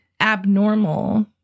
abnormal